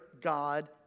God